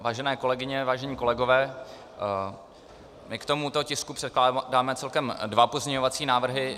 Vážené kolegyně, vážení kolegové, my k tomuto tisku předkládáme celkem dva pozměňovací návrhy.